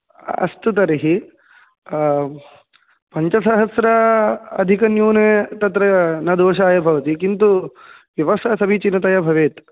अस्तु तर्हि पञ्चसहस्र अधिकन्यूने तत्र न दोषाय भवति किन्तु व्यवस्था समीचिनतया भवेत्